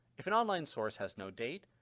if an online source has no date,